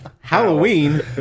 Halloween